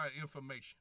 information